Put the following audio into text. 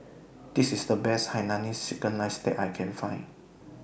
This IS The Best Hainanese Chicken Rice that I Can Find